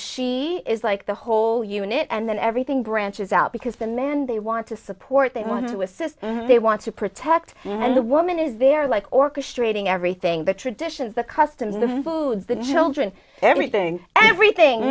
she is like the whole unit and then everything branches out because the man they want to support they want to assist they want to protect and the woman is there like orchestrating everything the traditions the custom the foods that hildreth everything everything